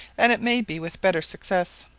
and it may be with better success.